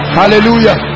hallelujah